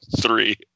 three